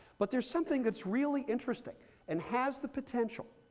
but there's something that's really interesting and has the potential,